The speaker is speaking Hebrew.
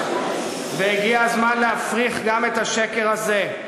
והגיע הזמן להפריך גם את השקר הזה.